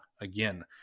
again